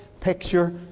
picture